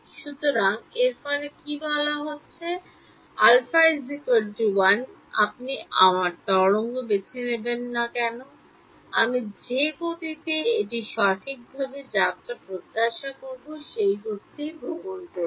সুতরাং এর ফলে কি বলা হচ্ছে α 1 আপনি আমার তরঙ্গটি বেছে নেবেন না কেন আমি যে গতিতে এটি সঠিকভাবে যাত্রা প্রত্যাশা করব সেই গতিতে ভ্রমণ করছে